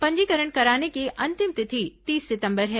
पंजीकरण कराने की अंतिम तिथि तीस सितंबर है